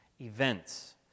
events